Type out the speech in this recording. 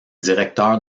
directeur